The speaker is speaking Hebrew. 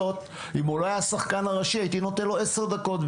אם הוא לא היה שחקן ראשי הייתי נותן לו עשר דקות.